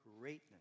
greatness